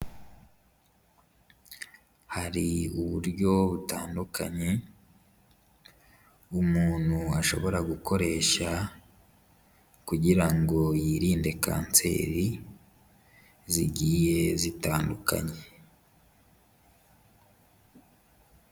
Hari uburyo butandukanye umuntu ashobora gukoresha kugira ngo yirinde kanseri zigiye zitandukanye.